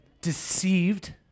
deceived